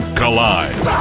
collide